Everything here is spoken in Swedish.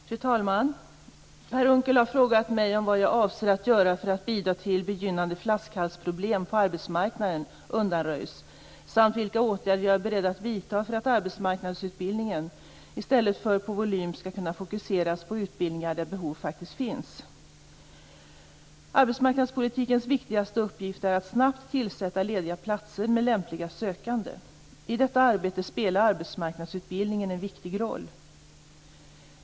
Fru talman! Per Unckel har frågat mig vad jag avser att göra för att bidra till att begynnande flaskhalsproblem på arbetsmarknaden undanröjs samt vilka åtgärder jag är beredd att vidta för att arbetsmarknadsutbildningen, i stället för på volym, skall kunna fokuseras på utbildningar där behov faktiskt finns. Arbetsmarknadspolitikens viktigaste uppgift är att snabbt tillsätta lediga platser med lämpliga sökanden. I detta arbete spelar arbetsmarknadsutbildningen en viktig roll.